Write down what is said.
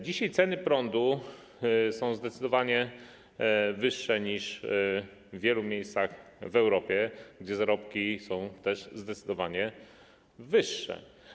Dzisiaj ceny prądu są u nas zdecydowanie wyższe niż w wielu miejscach w Europie, gdzie zarobki są też zdecydowanie wyższe.